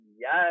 yes